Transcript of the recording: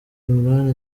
imran